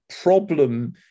problem